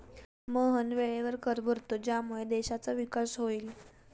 मोहन वेळेवर कर भरतो ज्यामुळे देशाचा विकास होईल